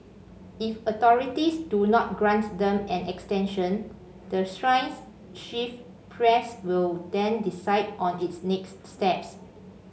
if authorities do not grant them an extension the shrine's chief priest will then decide on its next steps